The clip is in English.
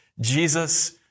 Jesus